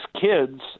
kids